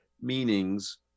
meanings